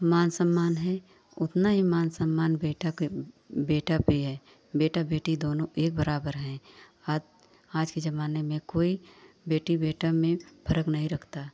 मान सम्मान हैं ओतना ही मान सम्मान बेटा के बेटा पर है बेटा बेटी दोनों एक बराबर हैं आत आज के ज़माने में कोई बेटी बेटा में फ़र्क़ नहीं रखता